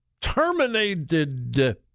Terminated